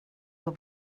will